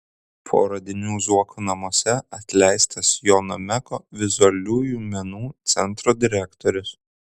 po radinių zuoko namuose atleistas jono meko vizualiųjų menų centro direktorius